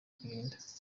kurinda